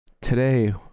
Today